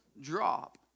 drop